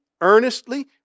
earnestly